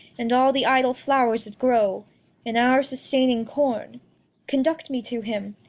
and au the idle flowers that grow in our sustaining corn conduct me to him.